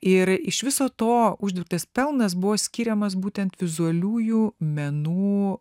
ir iš viso to uždirbtas pelnas buvo skiriamas būtent vizualiųjų menų